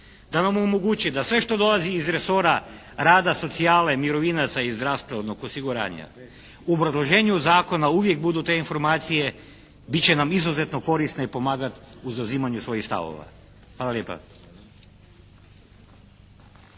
da nam omogući da sve što dolazi iz resora rada, socijale, mirovinaca i zdravstvenog osiguranja u obrazloženju zakona uvijek budu te informacije, bit će nam izuzetno korisne i pomagat u zauzimanju svojih stavova. Hvala lijepa.